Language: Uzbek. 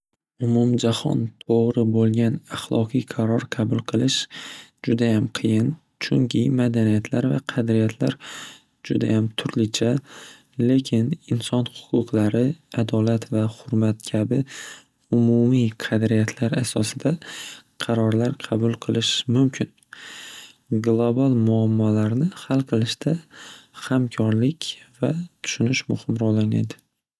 Umumjahon to'g'ri bo'lgan ahloqiy qaror qabul qilish judayam qiyin, chunki, madaniyatlar va qadriyatlar judayam turlicha. Lekin, inson huquqlari adolat va xurmat kabi umumiy qadriyatlar asosida qarorlar qabul qilish mumkin. Global muammolarni hal qilishda hamkorlik va tushunish muhim ro'l o'ynaydi.